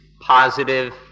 positive